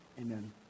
Amen